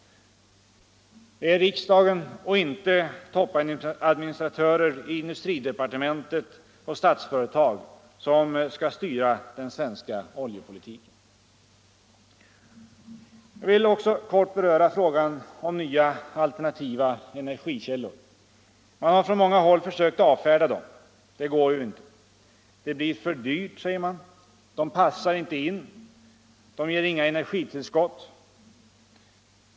Det är riksdagen och inte toppadministratörer i industridepartementet och Statsföretag som skall styra den svenska oljepolitiken. Jag vill också kort beröra frågan om nya alternativa energikällor. Man har från många håll försökt avfärda dem. Det går inte. Det blir för dyrt, säger man. De passar inte in. De ger inga energitillskott.